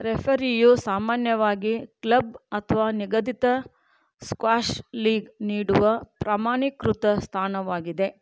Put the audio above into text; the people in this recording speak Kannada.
ರೆಫರಿಯು ಸಾಮಾನ್ಯವಾಗಿ ಕ್ಲಬ್ ಅಥವಾ ನಿಗದಿತ ಸ್ಕ್ವ್ಯಾಶ್ ಲೀಗ್ ನೀಡುವ ಪ್ರಮಾಣೀಕೃತ ಸ್ಥಾನವಾಗಿದೆ